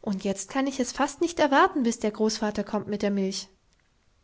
und jetzt kann ich es fast nicht erwarten bis der großvater kommt mit der milch